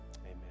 amen